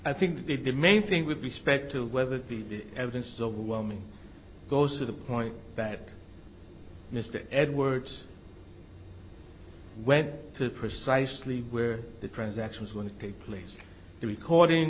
i think they did main thing with respect to whether the evidence is overwhelming goes to the point that mr edwards went to precisely where the transaction is going to take place the recording